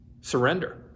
surrender